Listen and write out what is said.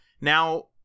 now